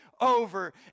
over